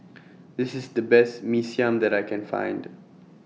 This IS The Best Mee Siam that I Can Find